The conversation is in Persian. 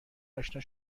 اشنا